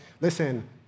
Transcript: Listen